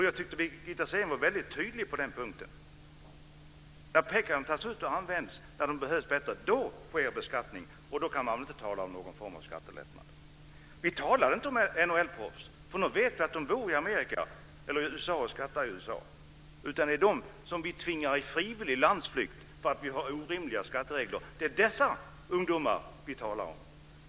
Jag tyckte att Birgitta Sellén var väldigt tydlig på den punkten. När pengarna tas ut och används sker beskattning, och då kan man inte tala om någon form av skattelättnader. Vi talar inte om NHL-proffs, för vi vet att de bor i USA och skattar där. Vi talar om dem som vi tvingar i frivillig landsflykt för att vi har orimliga skatteregler. Det är dessa ungdomar vi talar om.